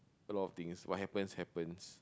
a lot of things what happens happens